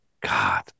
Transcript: God